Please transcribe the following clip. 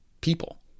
people